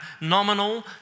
nominal